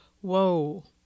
Whoa